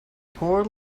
poor